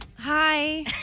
Hi